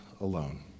alone